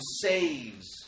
saves